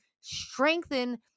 strengthen